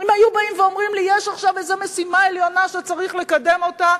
אם היו באים ואומרים לי: יש עכשיו איזה משימה עליונה שצריך לקדם אותה,